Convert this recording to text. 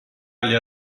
alle